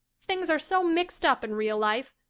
things are so mixed-up in real life.